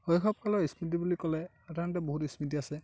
শৈশৱকালৰ স্মৃতি বুলি ক'লে সাধাৰণতে বহুত স্মৃতি আছে